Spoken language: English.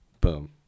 boom